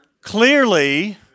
Clearly